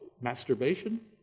Masturbation